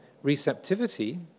receptivity